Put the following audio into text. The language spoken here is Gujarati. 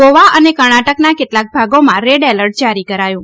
ગોવા અને કર્ણાટકના કેટલાક ભાગોમાં રેડ એલર્ટ જારી કરાયું